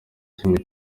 kimwe